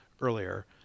earlier